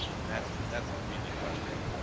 and that's that's really frustrating.